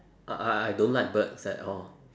I I I don't like birds at all